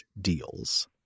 deals